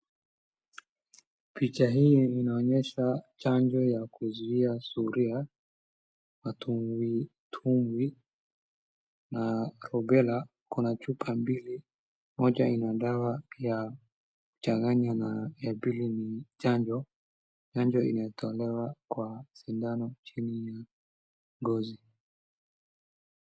Picha hii inaonyesha chanjo ya kuzuia suria, matumbwitumbwi, na rubella. Kuna chupa mbili, moja ina dawa ya kuchanganya na ya pili ni chanjo inayotolewa kwa sindano chini ya ngozi.